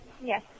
Yes